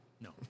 No